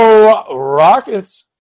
Rockets